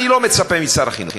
אני לא מצפה משר החינוך,